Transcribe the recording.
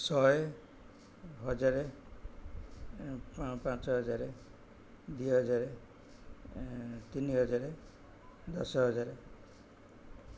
ଶହେ ହଜାର ପାଞ୍ଚ ହଜାର ଦୁଇ ହଜାର ତିନି ହଜାର ଦଶ ହଜାର